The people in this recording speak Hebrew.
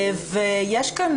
ויש כאן